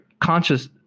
conscious